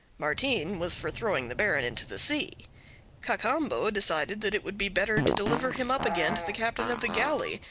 martin was for throwing the baron into the sea cacambo decided that it would be better to deliver him up again to the captain of the galley,